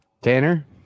Tanner